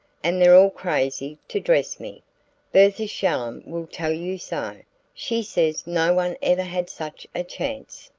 and they're all crazy to dress me bertha shallum will tell you so she says no one ever had such a chance!